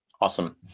awesome